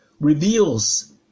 reveals